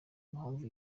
impamvu